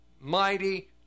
mighty